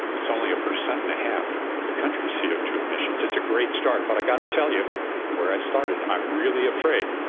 it's only a percent and a half of the country's c o two emissions. it's a great start, but i've got to tell you where i started i'm really afraid.